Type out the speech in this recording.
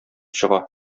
чыга